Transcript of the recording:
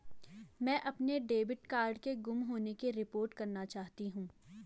मैं अपने debit card के गुम होने की रिपोर्ट करना चाहती हूँ